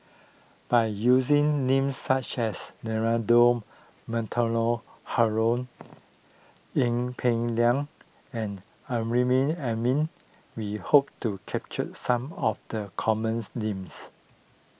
by using names such as Leonard Montague Harrod in Peng Liang and Amrin Amin we hope to capture some of the common names